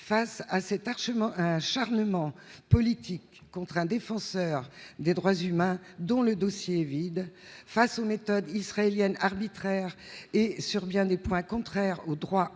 parchemin un acharnement politique contre un défenseur des droits humains, dont le dossier est vide face aux méthodes israéliennes arbitraire et sur bien des points contraires au droit